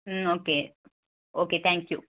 ம் okay okay thank you